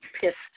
pissed